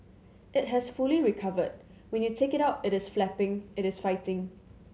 it has fully recovered when you take it out it is flapping it is fighting